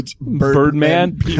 Birdman